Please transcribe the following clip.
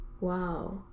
wow